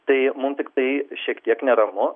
tai mum tiktai šiek tiek neramu